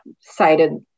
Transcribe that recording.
cited